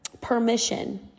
permission